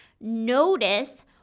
notice